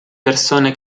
persone